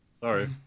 Sorry